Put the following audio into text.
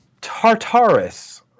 Tartarus